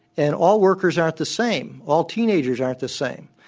and all workers aren't the same. all teenagers aren't the same.